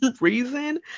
reason